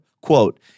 Quote